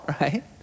right